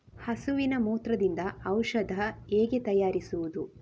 ಹಸುವಿನ ಮೂತ್ರದಿಂದ ಔಷಧ ಹೇಗೆ ತಯಾರಿಸುವುದು?